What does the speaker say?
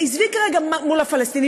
עזבי כרגע מול הפלסטינים,